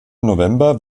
november